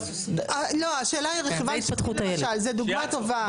השאלה היא רחבה, זו דוגמה טובה.